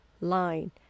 line